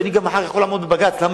כי מחר אני יכול לעמוד בבג"ץ על זה